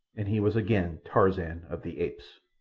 and he was again tarzan of the apes.